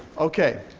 okay,